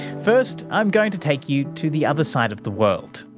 first i'm going to take you to the other side of the world,